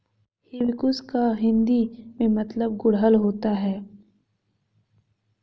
hibiscus का हिंदी में मतलब गुड़हल होता है